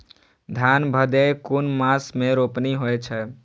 धान भदेय कुन मास में रोपनी होय छै?